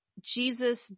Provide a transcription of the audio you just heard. Jesus